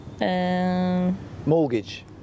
Mortgage